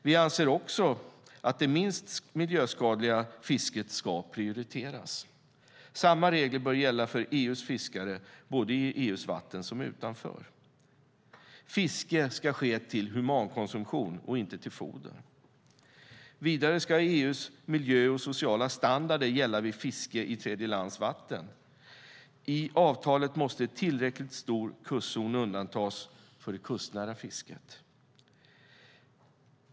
Vi anser även att det minst miljöskadliga fisket ska prioriteras. Samma regler bör gälla för EU:s fiskare såväl i EU:s vatten som utanför. Fiske ska ske för humankonsumtion och inte till foder. Vidare ska EU:s miljöstandarder och sociala standarder gälla vid fiske i tredjelands vatten. I avtalet måste en tillräckligt stor kustzon undantas för det kustnära fisket.